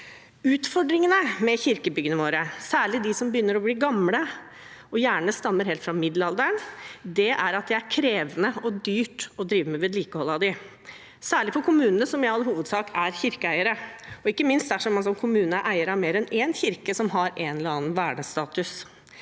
Utfordringen med kirkebyggene våre, særlig de som begynner å bli gamle og gjerne stammer helt fra middelalderen, er at det er krevende og dyrt å drive med vedlikehold av dem, særlig for kommunene, som i all hovedsak er kirkeeierne, og ikke minst dersom man som kommune er eier av mer enn én kirke som har en eller annen vernestatus.